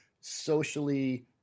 socially